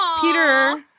Peter